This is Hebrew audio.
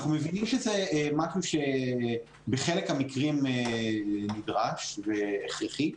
אנחנו יודעים שזה משהו שבחלק המקרים נדרש והכרחי,